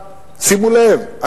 שימו לב,